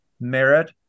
merit